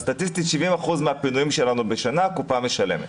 אבל סטטיסטית ב-70% מן הפינויים שלנו בשנה הקופה משלמת.